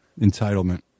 entitlement